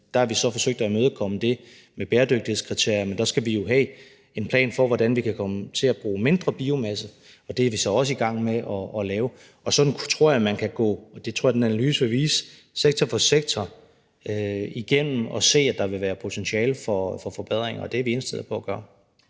det har vi så forsøgt at imødekomme med bæredygtighedskriterier, men der skal vi jo have en plan for, hvordan vi kan komme til at bruge mindre biomasse, og det er vi så også i gang med at lave. Sådan tror jeg man kan gå, og det tror jeg den analyse vil vise, sektor for sektor igennem og se, at der vil være potentiale for forbedringer, og det er vi indstillet på at gøre.